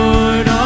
Lord